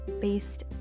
based